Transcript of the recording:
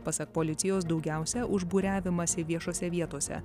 pasak policijos daugiausia už būriavimąsi viešose vietose